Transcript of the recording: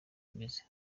bimeze